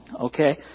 Okay